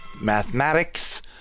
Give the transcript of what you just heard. mathematics